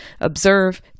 observe